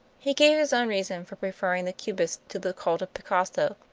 he gave his own reasons for preferring the cubists to the cult of picasso,